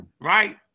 right